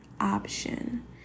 option